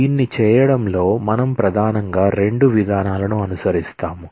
దీన్ని చేయడంలో మనం ప్రధానంగా రెండు విధానాలను అనుసరిస్తాము